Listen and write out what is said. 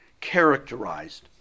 characterized